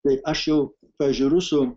tai aš jau pavyzdžiui rusų